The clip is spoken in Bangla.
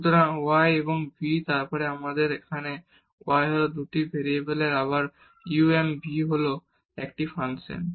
সুতরাং u এবং v এবং তারপর আমাদের এখানে y হল 2 টি ভেরিয়েবলের আবার u এবং v এর একটি ফাংশন